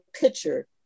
picture